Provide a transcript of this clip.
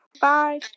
Bye